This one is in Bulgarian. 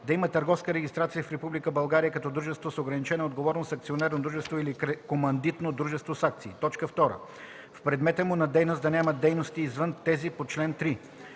да има търговска регистрация в Република България като дружество с ограничена отговорност, акционерно дружество или командитно дружество с акции; 2. в предмета му на дейност да няма дейности извън тези по чл. 3;